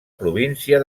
província